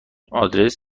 آدرس